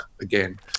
again